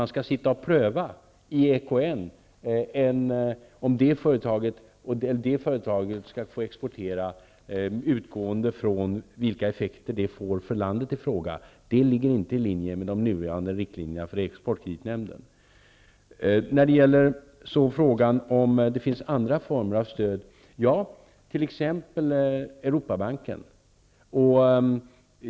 EKN skulle alltså pröva om det eller det företaget får exportera och då utgå från vilka effekter detta får för landet i fråga. Men det överensstämmer inte med nuvarande riktlinjer för EKN. Det finns andra former av stöd, t.ex. Europabanken.